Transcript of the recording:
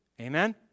Amen